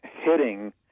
hitting